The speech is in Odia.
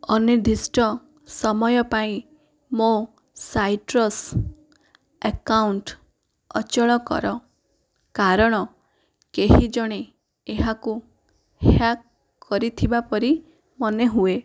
ଅନିର୍ଦ୍ଦିଷ୍ଟ ସମୟ ପାଇଁ ମୋ' ସାଇଟ୍ରସ୍ ଆକାଉଣ୍ଟ ଅଚଳ କର କାରଣ କେହିଜଣେ ଏହାକୁ ହ୍ୟାକ କରିଥିବା ପରି ମନେହୁଏ